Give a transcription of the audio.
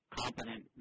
competent